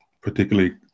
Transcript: particularly